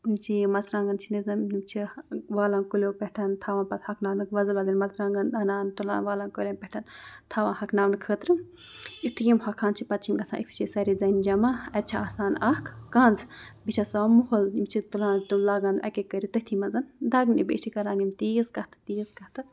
یِم چھِ یہِ مرژٕوانٛگَن چھِ نہ زَن یِم چھِ والان کُلیو پٮ۪ٹھ تھاوان پَتہٕ ہۄکھناونہٕ وۄزٕلۍ وۄزٕلۍ مرژٕوانٛگَن اَنان تُلان والان کُلٮ۪ن پٮ۪ٹھ تھاوان ہۄکھناونہٕ خٲطرٕ یُتھُے یِم ہۄکھان چھِ پَتہٕ چھِ یِم گژھان أکسٕے شے سارے زَنہِ جمع اَتہِ چھِ آسان اَکھ کَنٛز بیٚیہِ چھِ آسان مُہُل یِم چھِ تُلان تہٕ لگان اَکہِ اَکہِ کٔرِتھ تٔتھی منٛز دَگنہِ بیٚیہِ چھِ کَران یِم تیٖژ کَتھٕ تیٖژ کَتھٕ